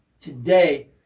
today